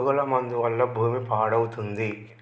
పురుగుల మందు వల్ల భూమి పాడవుతుంది